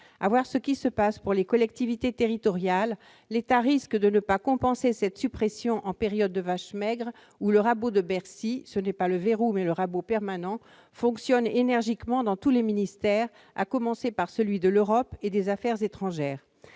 À voir ce qui se passe pour les collectivités territoriales, l'État risque de ne pas compenser cette suppression en période de vaches maigres, où le rabot de Bercy- ce n'est pas un verrou, mais un rabot permanent -fonctionne énergiquement dans tous les ministères, à commencer par celui de l'Europe et des affaires étrangères.